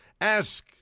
Ask